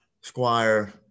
Squire